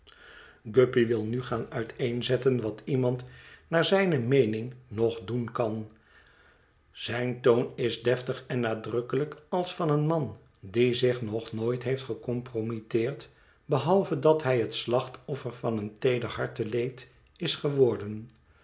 guppy wil nu gaan uiteenzetten wat iemand naar zijne meening nog doen kan zijn toon is deftig en nadrukkelijk als van een man die zich nog nooit heeft gecompromitteerd behalve dat hij het slachtoffer van een teeder harteleed is geworden